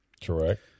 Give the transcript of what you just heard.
Correct